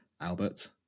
Albert